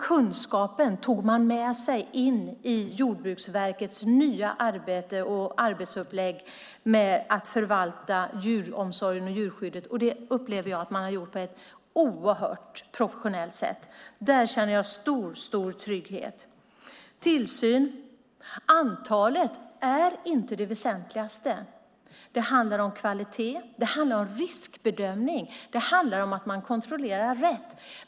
Kunskapen tog man med sig in i Jordbruksverkets nya arbetsupplägg med att förvalta djuromsorgen och djurskyddet. Jag upplever att man har gjort det på ett mycket professionellt sätt, och jag känner stor trygghet. När det gäller tillsynen är antalet inte det väsentligaste. Det handlar om kvalitet, riskbedömning och om att kontrollera rätt.